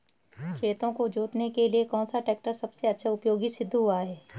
खेतों को जोतने के लिए कौन सा टैक्टर सबसे अच्छा उपयोगी सिद्ध हुआ है?